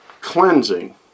cleansing